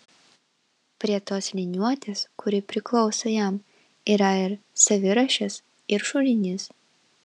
prie tos liniuotės kuri priklauso jam yra ir savirašis ir šulinys